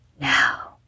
Now